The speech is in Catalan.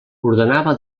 ordenava